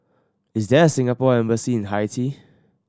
is there a Singapore Embassy in Haiti